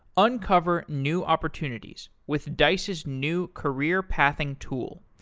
uncover new opportunities with dice's new career-pathing tool,